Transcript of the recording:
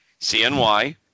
CNY